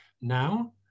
Now